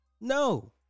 No